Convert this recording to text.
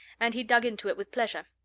and he dug into it with pleasure.